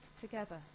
together